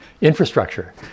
infrastructure